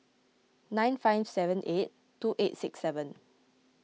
nine five seven eight two eight six seven